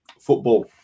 football